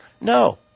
No